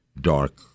dark